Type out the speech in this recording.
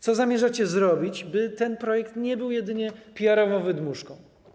Co zamierzacie zrobić, by ten projekt nie był jedynie PR-ową wydmuszką?